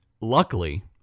luckily